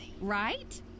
Right